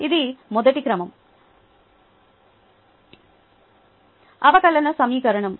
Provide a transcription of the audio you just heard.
ఇది మొదటి క్రమం అవకలన సమీకరణం